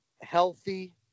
healthy